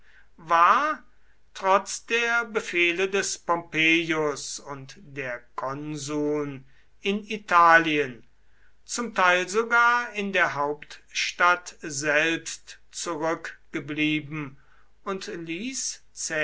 war trotz der befehle des pompeius und der konsuln in italien zum teil sogar in der hauptstadt selbst zurückgeblieben und ließ